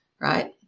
right